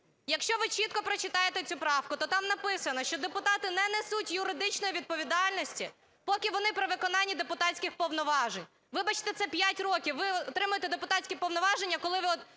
Якщо ви чітко прочитаєте цю правку, то там написано, що депутати не несуть юридичної відповідальності, поки вони при виконанні депутатських повноважень. Вибачте, це 5 років ви отримаєте депутатські повноваження, коли ви